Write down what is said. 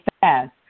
fast